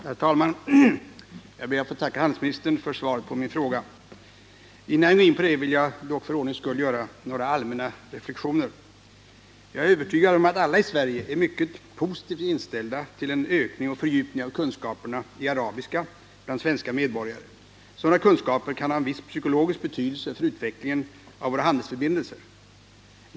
Herr talman! Jag ber att få tacka handelsministern för svaret på min fråga. Innan jag går in på detta vill jag dock för ordningens skull göra några allmänna reflexioner. Jag är övertygad om att alla i Sverige är mycket positivt inställda till en ökning och en fördjupning av kunskaperna i arabiska bland svenska medborgare. Sådana kunskaper kan ha en viss psykologisk betydelse för utvecklingen av våra handelsförbindelser.